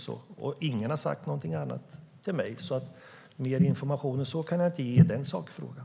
Ingen har sagt något annat till mig. Mer information än så kan jag inte ge i den sakfrågan.